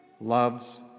loves